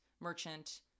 merchant